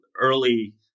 early